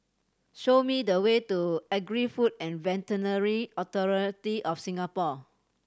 show me the way to Agri Food and Veterinary Authority of Singapore